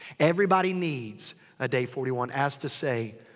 everybody needs a day forty one. as to say,